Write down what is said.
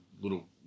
little